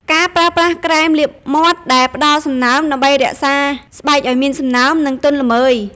ការប្រើប្រាស់ក្រែមលាបមាត់ដែលផ្តល់សំណើមដើម្បីរក្សាស្បែកឱ្យមានសំណើម និងទន់ល្មើយ ។